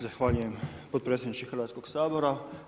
Zahvaljujem potpredsjedniče Hrvatskog sabora.